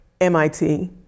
MIT